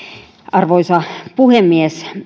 arvoisa puhemies